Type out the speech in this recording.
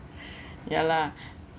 ya lah